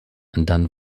dann